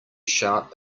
sharp